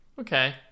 Okay